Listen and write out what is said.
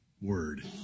word